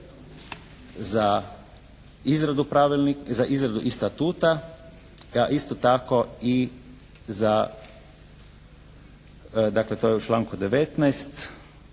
za izradu i statuta a isto tako i za dakle to je u članku 19.